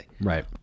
Right